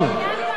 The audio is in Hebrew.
ועדת מדע.